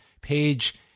Page